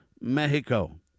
Mexico